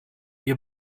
wir